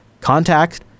Contact